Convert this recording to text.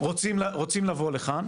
רוצים לבוא לכאן,